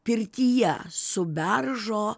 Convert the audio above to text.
pirtyje su beržo